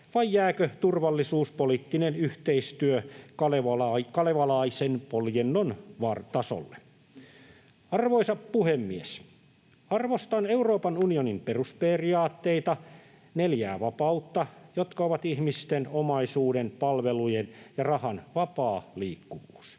vai jääkö turvallisuuspoliittinen yhteistyö kalevalaisen poljennon tasolle? Arvoisa puhemies! Arvostan Euroopan unionin perusperiaatteita, neljää vapautta, jotka ovat ihmisten, omaisuuden, palvelujen ja rahan vapaa liikkuvuus.